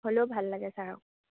হ'লেও ভাল লাগে ছাৰক